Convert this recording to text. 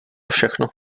všechno